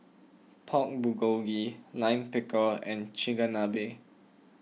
Pork Bulgogi Lime Pickle and Chigenabe